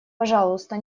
пожалуйста